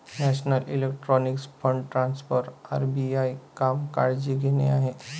national electronic fund transfer RBI काम काळजी घेणे आहे